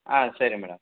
ஆ சரி மேடம்